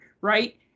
right